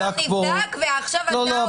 זה כבר נבדק ועכשיו --- לא,